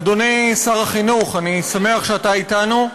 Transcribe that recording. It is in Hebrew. אדוני שר החינוך, אני שמח שאתה אתנו,